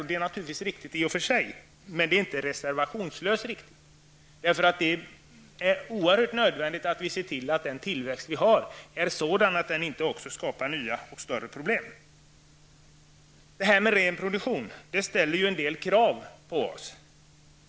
Det är naturligtvis riktigt i och för sig, men det är inte reservationslöst riktigt. Det är ju helt nödvändigt att vi ser till att den tillväxt vi har är sådan att den inte skapar nya och större problem. Detta med ren produktion ställer en del krav på oss.